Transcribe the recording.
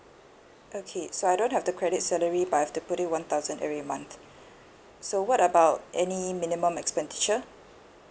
okay so I don't have to credit salary but I have to put in one thousand every month so what about any minimum expenditure